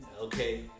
okay